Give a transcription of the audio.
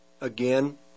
again